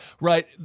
Right